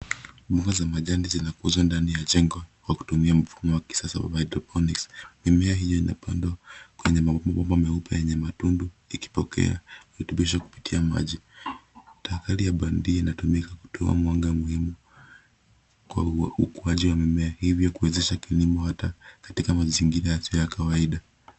Mboga za majani zinakuzwa ndani ya jengo kwa kutumia mfumo wa kisasa wa hydroponics . Mimea hiyo inapandwa kwenye mabomba meupe yenye matundu ikipokea virutubisho kupitia maji. Taa kali ya bandia inatumika kutoa mwanga muhimu kwa ukuaji wa mimea, hivyo kuwezesha kilimo hata katika mazingira yasiyo ya kawaida.